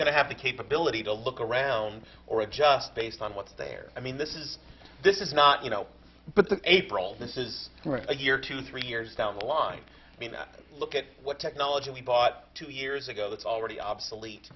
going to have the capability to look around or it just based on what's there i mean this is this is not you know but the april this is a year to three years down the line i mean a look at what technology we bought two years ago that's already obsolete